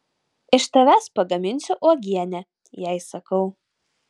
iš tavęs pagaminsiu uogienę jai sakau